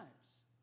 lives